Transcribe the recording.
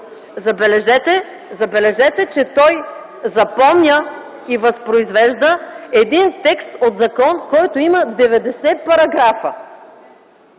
Забележете, че той запомня и възпроизвежда един текст от закон, който има 90 параграфа.